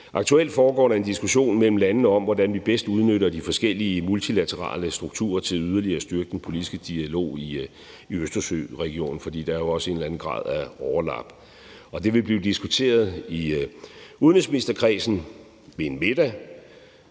Aktuelt foregår der en diskussion mellem landene om, hvordan vi bedst udnytter de forskellige multilaterale strukturer til yderligere at styrke den politiske dialog i Østersøregionen, for der er jo også en eller anden grad af overlap. Og det vil blive diskuteret i udenrigsministerkredsen ved en middag